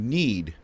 need